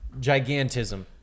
gigantism